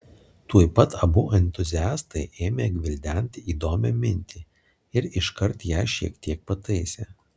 tuoj pat abu entuziastai ėmė gvildenti įdomią mintį ir iškart ją šiek tiek pataisė